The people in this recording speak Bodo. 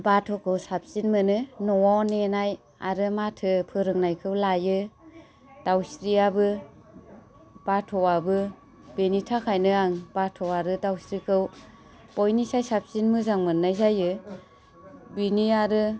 बाथ'खौ साबसिन मोनो न'आव नेनाय आरो माथो फोरोंनायखौ लायो दाउस्रियाबो बाथ'आबो बेनि थाखायनो आं बाथ' आरो दाउस्रिखौ बयनिसाय साबसिन मोजां मोन्नाय जायो बेनि आरो